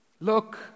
Look